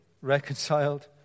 reconciled